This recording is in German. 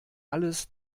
alles